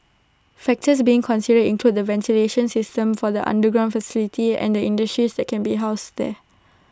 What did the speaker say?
factors being considered include the ventilation system for the underground facility and the industries that can be housed there